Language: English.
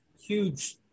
huge